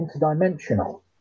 interdimensional